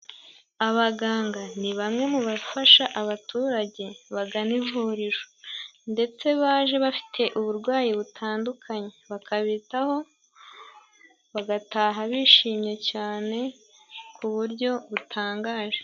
Abaganga ni bamwe mu bafasha abaturage bagana ivuriro. Ndetse abaje bafite uburwayi butandukanye bakabitaho, bagataha bishimye cyane ku buryo butangaje.